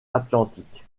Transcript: atlantique